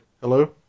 Hello